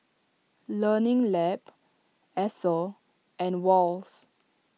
Learning Lab Esso and Wall's